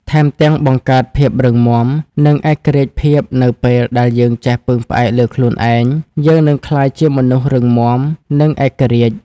ថែមទាំងបង្កើតភាពរឹងមាំ និងឯករាជ្យភាពនៅពេលដែលយើងចេះពឹងផ្អែកលើខ្លួនឯង យើងនឹងក្លាយជាមនុស្ស រឹងមាំ និង ឯករាជ្យ។